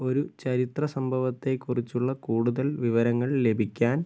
ഒരു ചരിത്ര സംഭവത്തെക്കുറിച്ചുള്ള കൂടുതൽ വിവരങ്ങൾ ലഭിക്കാൻ